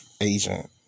agent